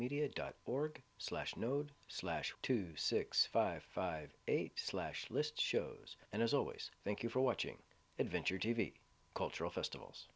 media dot org slash node slash two six five five eight slash list shows and as always thank you for watching adventure t v cultural festivals